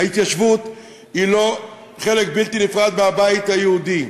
ההתיישבות היא לא חלק בלתי נפרד מהבית היהודי.